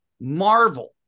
marvel